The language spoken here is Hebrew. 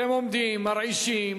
אתם עומדים, מרעישים.